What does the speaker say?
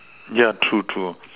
yeah true true